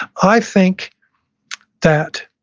i think that,